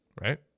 Right